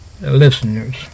listeners